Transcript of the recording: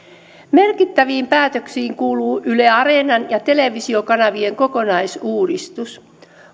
merkittäviin päätöksiin kuuluu yle areenan ja televisiokanavien kokonaisuudistus